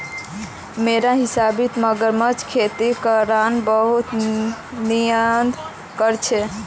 मोर हिसाबौत मगरमच्छेर खेती करना बहुत निंदनीय कार्य छेक